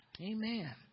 Amen